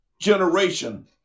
generation